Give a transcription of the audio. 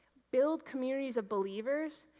build communities of believers,